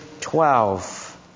twelve